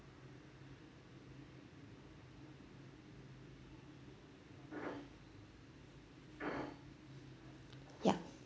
ya